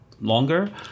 longer